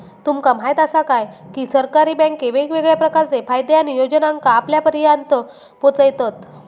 तुमका म्हायत आसा काय, की सरकारी बँके वेगवेगळ्या प्रकारचे फायदे आणि योजनांका आपल्यापर्यात पोचयतत